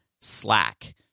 Slack